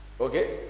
Okay